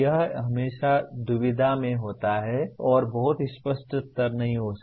यह हमेशा दुविधा में होता है और बहुत स्पष्ट उत्तर नहीं हो सकते हैं